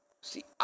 See